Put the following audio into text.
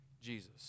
Jesus